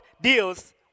deals